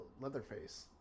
Leatherface